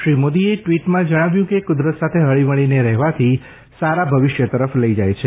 શ્રી મોદીએ ટ્વીટમાં જણાવ્યું છે કે કુદરત સાથે હળીમળીને રહેવાથી સારા ભવિષ્ય તરફ લઇ જાય છે